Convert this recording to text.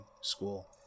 school